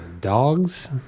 Dogs